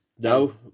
No